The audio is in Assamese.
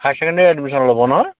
হাই ছেকেণ্ডেৰী এডমিশ্যন ল'ব নহয়